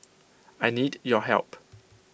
I need your help